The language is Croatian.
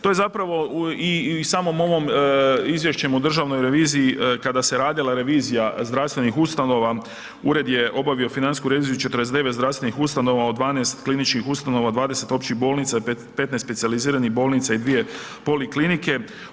To je zapravo i samim ovim izvješćem o državnoj reviziji, kada se radila revizija zdravstvenih ustanova ured je obavio financijsku reviziju 49 zdravstvenih ustanova od 12 kliničkih ustanova, 20 općih bolnica, 15 specijaliziranih bolnica i dvije poliklinike.